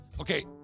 Okay